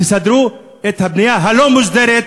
תסדרו את הבנייה הלא-מוסדרת,